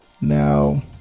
Now